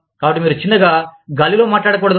కాబట్టి మీరు చిన్నగా గాలిలో మాట్లాడకూడదు